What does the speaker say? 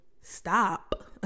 stop